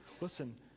listen